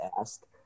asked